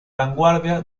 vanguardia